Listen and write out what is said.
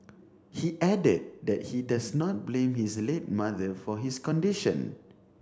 he added that he does not blame his late mother for his condition